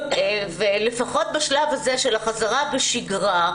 לפחות בשלב הזה של החזרה לשגרה,